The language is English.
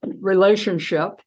relationship